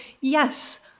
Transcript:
yes